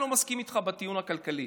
אני לא מסכים איתך בטיעון הכלכלי.